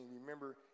remember